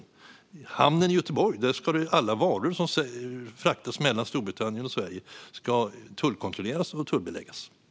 I hamnen i Göteborg ska alla varor som fraktas mellan Storbritannien och Sverige tullkontrolleras och tullbeläggas.